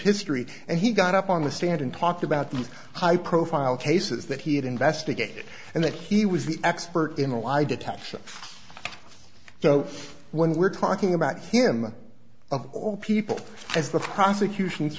history and he got up on the stand and talked about the high profile cases that he had investigated and that he was the expert in a lie detector so when we're talking about him of all people as the prosecution